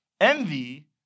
Envy